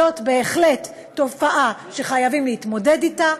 זאת בהחלט תופעה שחייבים להתמודד אתה.